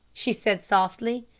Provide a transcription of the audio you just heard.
she said softly,